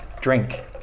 drink